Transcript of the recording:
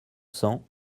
cents